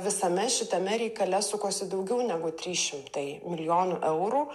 visame šitame reikale sukosi daugiau negu trys šimtai milijonų eurų